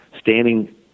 standing